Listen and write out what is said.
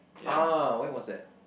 ah when was that